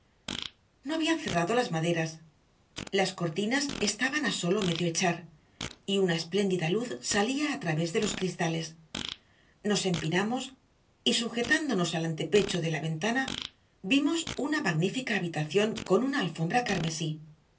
no habían cerrado las maderas las cortinas estaban a sólo medio echar y una espléndida luz salía a través de los cristales nos empinamos y sujetándonos al antepecho de la ventana vimos una magnífica habitación con una alfombra carmesí